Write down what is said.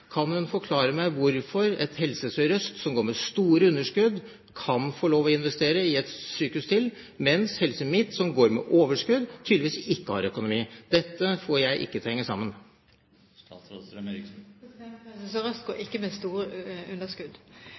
kan hun forklare meg hvorfor Helse Sør-Øst, som går med store underskudd, kan få lov til å investere i et sykehus til, mens Helse Midt-Norge, som går med overskudd, tydeligvis ikke har økonomi? Dette får jeg ikke til å henge sammen. Helse Sør-Øst går ikke med store underskudd,